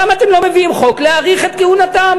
למה אתם לא מביאים חוק להאריך את כהונתם?